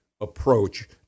approach